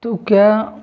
तो क्या